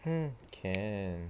mm can